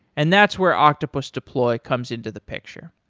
and that's where octopus deploy comes into the picture.